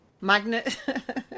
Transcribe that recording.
magnet